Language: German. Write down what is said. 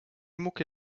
mucke